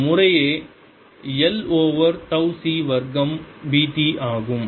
இது முறையே முறை l ஓவர் தவ் C வர்க்கம் B t ஆகும்